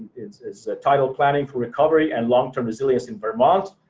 it's it's titled planning for recovery and long-term resilience in vermont.